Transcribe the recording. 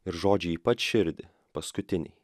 ir žodžiai į pat širdį paskutiniai